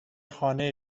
خانه